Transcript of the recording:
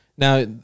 Now